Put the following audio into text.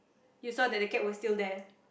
you saw that the cat was still there